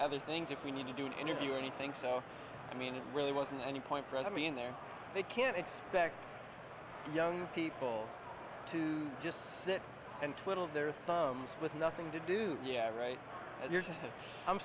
other things if we need to do an interview or anything so i mean it really wasn't any point fred i mean they're they can't expect young people to just sit and twiddle their thumbs with nothing to do yeah right i'm